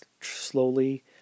slowly